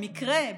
במקרה,